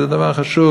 וזה דבר חשוב.